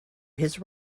his